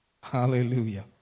Hallelujah